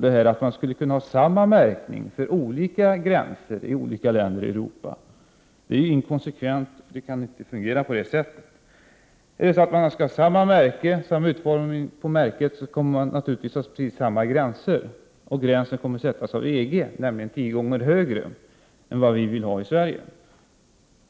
dessutom att man skulle kunna ha samma märkning för olika gränser i olika länder i Europa. Det är inte konsekvent. På det sättet kan det inte fungera. Skall man ha samma utformning på märket, skall man naturligtvis ha precis samma gräns, och den gränsen kommer att sättas av EG, nämligen tio gånger högre än den gräns vi vill ha i Sverige.